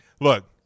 look